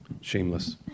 Shameless